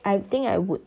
I think I would